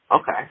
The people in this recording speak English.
Okay